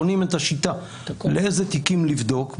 בונים את השיטה איזה תיקים לבדוק,